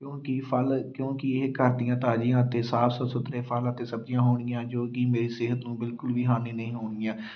ਕਿਉਂਕਿ ਫਲ ਕਿਉਂਕਿ ਇਹ ਘਰ ਦੀਆਂ ਤਾਜ਼ੀਆਂ ਅਤੇ ਸਾਫ ਸੁਥਰੇ ਫਲ ਅਤੇ ਸਬਜ਼ੀਆਂ ਹੋਣਗੀਆਂ ਜੋ ਕਿ ਮੇਰੀ ਸਿਹਤ ਨੂੰ ਬਿਲਕੁਲ ਵੀ ਹਾਨੀ ਨਹੀਂ ਹੋਣਗੀਆਂ